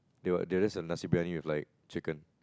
they would they would just have nasi-briyani with like chicken